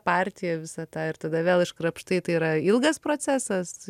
partiją visą tą ir tada vėl iškrapštai tai yra ilgas procesas